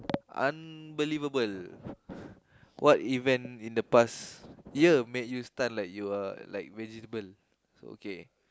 unbelievable what event in the past year make you stunned like you are like vegetable okay